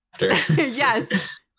yes